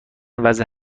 وضع